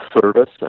service